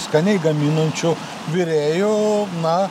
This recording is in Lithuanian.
skaniai gaminančių virėjų na